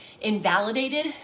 invalidated